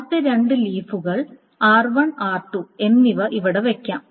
ആദ്യത്തെ രണ്ട് ലീഫുകൾ r1 r2 എന്നിവ ഇവിടെ വയ്ക്കാം